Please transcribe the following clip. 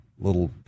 little